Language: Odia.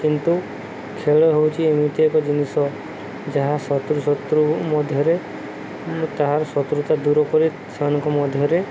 କିନ୍ତୁ ଖେଳ ହେଉଛି ଏମିତି ଏକ ଜିନିଷ ଯାହା ଶତ୍ରୁଶତ୍ରୁ ମଧ୍ୟରେ ତାହାର ଶତ୍ରୁତା ଦୂର କରି ସେମାନଙ୍କ ମଧ୍ୟରେ